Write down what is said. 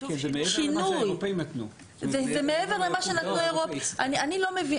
זה מעבר למה שנתנו, אני לא מבינה.